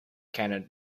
cannot